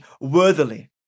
worthily